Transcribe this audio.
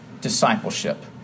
discipleship